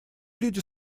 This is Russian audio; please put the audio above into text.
люди